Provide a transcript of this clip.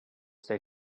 stay